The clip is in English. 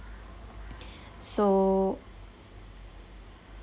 so